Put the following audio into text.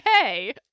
hey